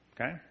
Okay